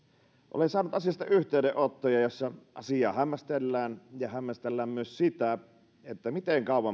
olen saanut yhteydenottoja joissa asiaa hämmästellään ja hämmästellään myös sitä miten kauan